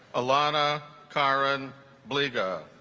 ilana karan bleeeh